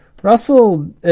Russell